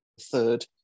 third